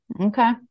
Okay